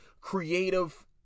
creative